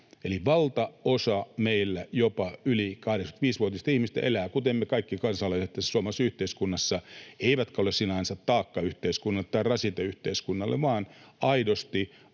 valtaosa jopa yli 85-vuotiaista ihmisistä elää kuten me kaikki kansalaiset tässä suomalaisessa yhteiskunnassa eikä ole sinänsä taakka tai rasite yhteiskunnalle vaan aidosti